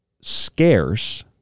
scarce